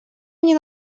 они